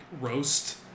roast